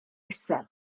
isel